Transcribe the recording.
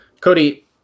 cody